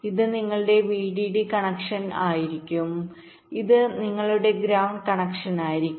ഇത് നിങ്ങളുടെ VDD connection ആയിരിക്കും ഇത് നിങ്ങളുടെ ഗ്രൌണ്ട് കണക്ഷനായിരിക്കും